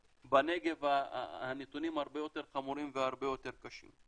בנגב הנתונים הרבה יותר חמורים והרבה יותר קשים.